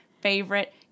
favorite